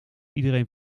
iedereen